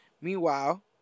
Meanwhile